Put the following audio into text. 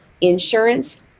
insurance